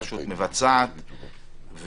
הרשות המבצעת,